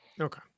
Okay